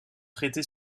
traité